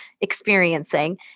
experiencing